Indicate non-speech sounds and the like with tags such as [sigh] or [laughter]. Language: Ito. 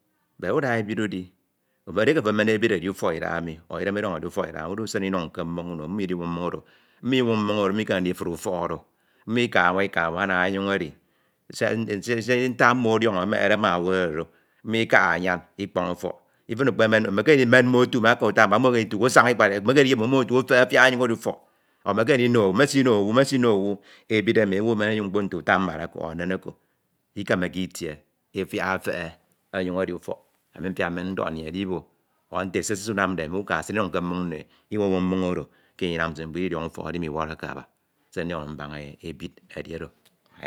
Bed uda ebid udi, edieke ofo adan ebid edi idem edọñ edi ufọk idaha emi udusin iduñ ke mmoñ uno, mmoñ idinwoñ oro mmo inwoñ mmoñ oro, mmo ikemeke ndifre ufọk oro, mono ika anwa ika anwa ana enyoñ edi siak [hesitation] ntak mmo ọdiọñ ọde emeñede owu oro so mmo ikaha omyan ikọñ ufọk ntro ekpemen, mekene ndimen mmo otu mi aka utambara mmo ekeme nditu ko asaña ikpad ikpad mekeme ndiyib mmo afiak onyin edifọk mekeme ndio owu mesiao owu efiak otu ko efehe onyoñ edi ufọk ebi emi owu emen onyoñ mkpo nte utambara ọ enen ikem eke etie efiak efehe onyoñ edi ufọk ami mfiak mmen ndọhọ ndinyend mbọk fiak dibo ọ ntr se sir unamde mi ukan sin inuñ ke mmoñ no e onwoñ, inwowoñ mmoñ oro, ke enye edinam nse mkpo, ididiọñọ ufọk oro imiwọrọke aba se ndiọñọde mbaña ebid edi oro.